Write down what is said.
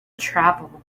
travel